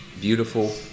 beautiful